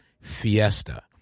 fiesta